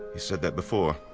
said that before.